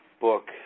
book